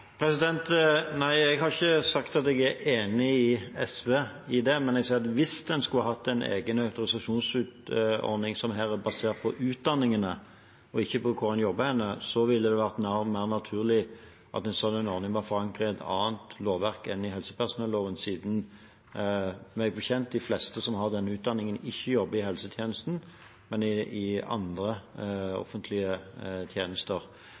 Jeg har ikke sagt at jeg er enig med SV i det, men jeg sier at hvis en skulle hatt en egen autorisasjonsordning som er basert på utdanningene, ikke på hvor en jobber, ville det vært mer naturlig at en sånn ordning var forankret i et annet lovverk enn i helsepersonelloven, siden – meg bekjent – de fleste som har denne utdanningen, ikke jobber i helsetjenesten, men i andre offentlige tjenester,